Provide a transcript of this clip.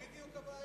זו בדיוק הבעיה.